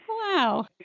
Wow